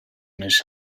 més